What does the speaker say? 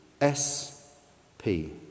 S-P